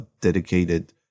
dedicated